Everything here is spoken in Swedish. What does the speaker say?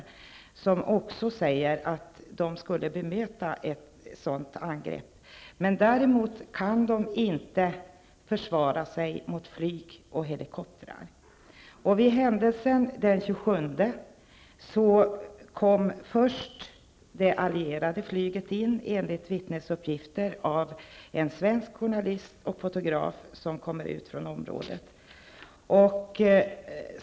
Han säger också att kurderna skulle bemöta ett sådant angrepp. Däremot kan de inte försvara sig mot flygplan och helikoptrar. Vid händelsen den 27 oktober kom först det allierade flyget in, enligt vittnesuppgifter av en svensk journalist och fotograf som har varit i området.